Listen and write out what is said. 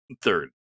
third